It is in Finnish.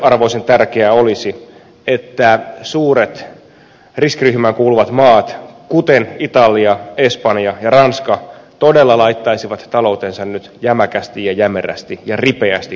ensiarvoisen tärkeää olisi että suuret riskiryhmään kuuluvat maat kuten italia espanja ja ranska todella laittaisivat taloutensa nyt jämäkästi ja jämerästi ja ripeästi kuntoon